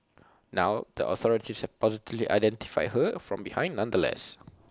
now the authorities have positively identified her from behind nonetheless